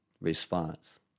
response